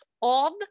on